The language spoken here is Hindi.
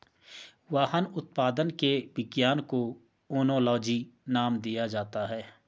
वाइन उत्पादन के विज्ञान को ओनोलॉजी नाम दिया जाता है